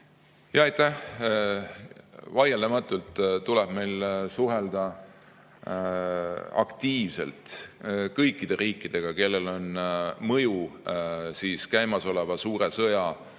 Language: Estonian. Vaieldamatult tuleb meil suhelda aktiivselt kõikide riikidega, kellel on mõju käimasoleva suure sõja